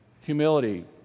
Humility